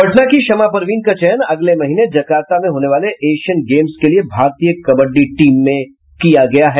पटना की शमां परवीन का चयन अगले महीने जकार्ता में होने वाले एशियन गेम्स के लिए भारतीय कबड्डी टीम में हुआ है